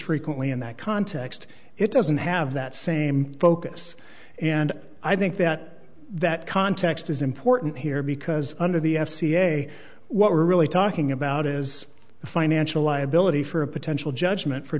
frequently in that context it doesn't have that same focus and i think that that context is important here because under the f c a what we're really talking about is the financial liability for a potential judgment for